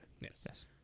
Yes